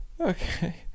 Okay